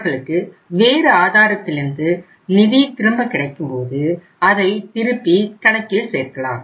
அவர்களுக்கு வேறு ஆதாரத்திலிருந்து நிதி திரும்ப கிடைக்கும் போது அதை திருப்பி கணக்கில் சேர்க்கலாம்